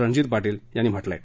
रणजीत पाटील यांनी म्हटलं आहे